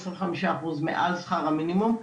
עשרים וחמישה אחוז מעל שכר המינימום.